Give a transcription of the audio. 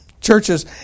Churches